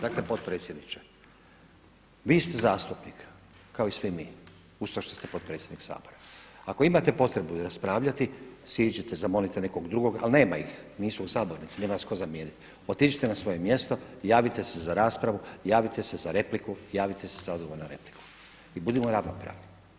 Dakle potpredsjedniče, vi ste zastupnik kao i svi mi uz to što ste potpredsjednik Sabora, ako imate potrebu raspravljati siđite, zamolite nekoga drugog, a nema ih, nisu u sabornici, nema vas tko zamijeniti, otiđite na svoje mjesto, javite se za raspravu, javite se za repliku, javite se za odgovor na repliku i budimo ravnopravni.